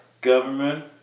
government